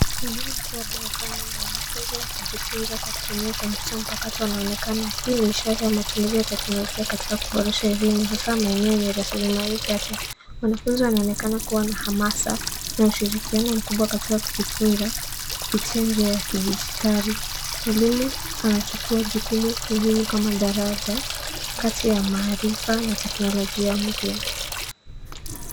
Mwalimu akiwa darasani na wanafunzi wakijifunza kwa kutumia kompyuta mpakato wanaonekana. Hii ni ishara ya matumizi ya teknolojia katika kuboresha elimu hasaa maeneo yenye rasilimali chache. Wanafunzi wanaonekana kuwa na hamasa na ushirikiano mkubwa katika kujifunza, kupitia njia ya kidijitali. Mwalimu anachukua jukumu muhimu kama daraja, kati ya maarifa na teknolojia mpya.